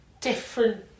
different